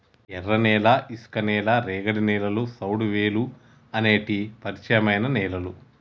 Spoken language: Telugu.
ఎర్రనేల, ఇసుక నేల, రేగడి నేలలు, సౌడువేలుఅనేటి పరిచయమైన నేలలు